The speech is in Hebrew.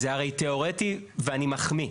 זה הרי תיאורטי, ואני מחמיא.